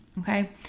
okay